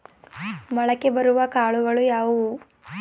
ಮೊಳಕೆ ಬರುವ ಕಾಳುಗಳು ಯಾವುವು?